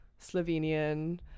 Slovenian